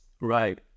Right